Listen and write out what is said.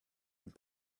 and